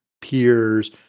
peers